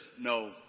no